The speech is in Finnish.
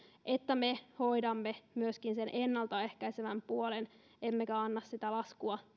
että me hoidamme myöskin sen ennalta ehkäisevän puolen emmekä pelkästään jätä sitä laskua